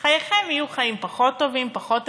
וחייכם יהיו חיים פחות טובים, פחות איכותיים.